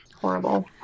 horrible